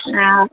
आ